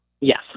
yes